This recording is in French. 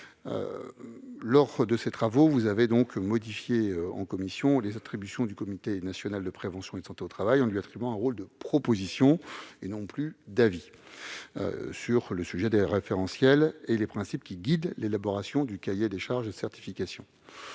Lors de vos travaux en commission, vous avez modifié les attributions du comité national de prévention et de santé au travail en lui confiant un rôle de proposition, et non plus d'avis, sur les référentiels et les principes qui guident l'élaboration du cahier des charges de certification.